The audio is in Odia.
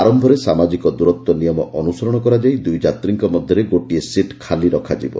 ଆରମ୍ଭରେ ସାମାଜିକ ଦ୍ୱରତ୍ୱ ନିୟମ ଅନୁସରଣ କରାଯାଇ ଦୁଇ ଯାତ୍ରୀଙ୍କ ମଧ୍ୟରେ ଗୋଟିଏ ଲେଖାଏଁ ସିଟ୍ ଖାଲି ରଖାଯିବ